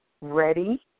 ready